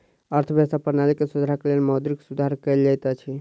अर्थव्यवस्था प्रणाली में सुधारक लेल मौद्रिक सुधार कयल जाइत अछि